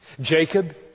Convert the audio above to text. Jacob